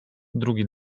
drugi